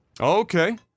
Okay